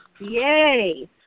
Yay